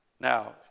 Now